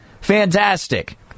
Fantastic